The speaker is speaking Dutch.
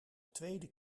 tweede